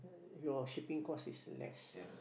your shipping cost is less